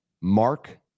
Mark